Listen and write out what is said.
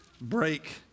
break